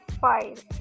five